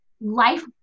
life